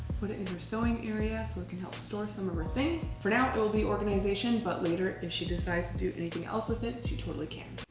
put it in your sewing area so it can help store some more things for now it'll be organization, but later if she decides to do anything else with it, she totally can.